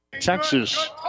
Texas